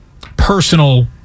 personal